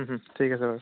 ঠিক আছে বাৰু